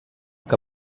que